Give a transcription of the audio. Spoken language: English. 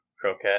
Croquette